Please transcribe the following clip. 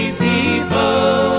people